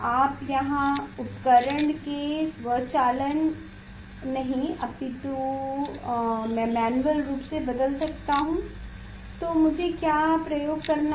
आप यहाँ उपकरण के स्वचालन नहीं अपितु मैं मैन्युअल रूप से बदल सकता हूँ तो मुझे क्या प्रयोग करना है